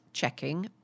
checking